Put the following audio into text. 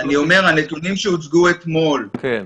אני אומר: הנתונים אתמול --- כן.